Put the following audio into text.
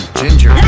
ginger